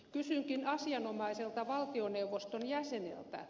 kysynkin asianomaiselta valtioneuvoston jäseneltä